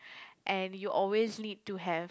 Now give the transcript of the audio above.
and you always need to have